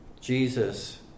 Jesus